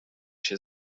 się